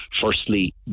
Firstly